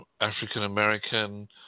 African-American